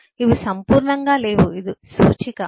ఇవి సంపూర్ణంగా లేవు ఇది సూచిక